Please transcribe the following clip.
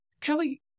Kelly